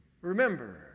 remember